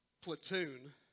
platoon